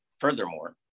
Furthermore